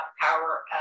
power